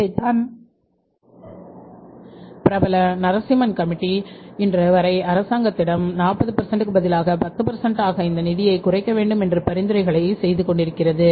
இதைத்தான் பிரபல நரசிம்மன் கமிட்டி இன்று வரை அரசாங்க அரசாங்கத்திடம் 40 பதிலாக 10 ஆக இந்த நிதியை குறைக்க வேண்டும் என்று பரிந்துரை களை செய்து கொண்டிருக்கிறது